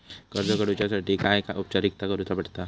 कर्ज काडुच्यासाठी काय औपचारिकता करुचा पडता?